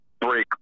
break